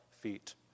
feet